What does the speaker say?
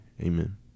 Amen